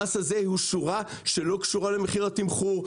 המס הזה הוא שורה שלא קשורה למחיר התמחור,